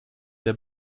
der